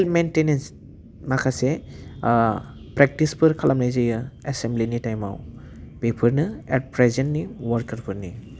health maintenance माखासे प्रेक्टिसफोर खालामनाय जायो एसेमब्लिनि टाइमआव बेफोरनो एट प्रेजेन्टनि वार्कारफोरनि